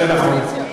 זה נכון.